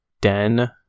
den